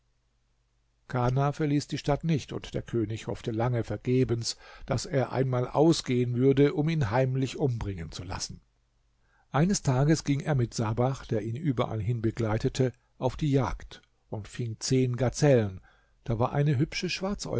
kana verließ die stadt nicht und der könig hoffte lange vergebens daß er einmal ausgehen würde um ihn heimlich umbringen zu lassen eines tages ging er mit sabach der ihn überall hin begleitete auf die jagd und fing zehn gazellen da war eine hübsche